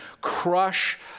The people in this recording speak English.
Crush